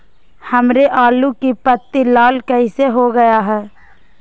हमारे आलू की पत्ती लाल कैसे हो गया है?